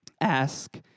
ask